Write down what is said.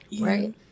right